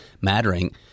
mattering